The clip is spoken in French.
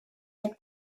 être